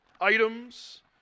items